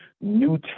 new